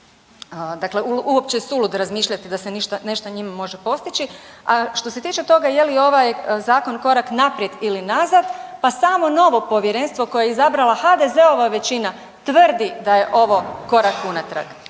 dakle uopće je suludo razmišljati da se nešto njima može postići. A što se tiče toga je li ovaj Zakon korak naprijed ili nazad, pa samo novo Povjerenstvo koje je izabrala HDZ-ova većina tvrdi da je ovo korak unatrag.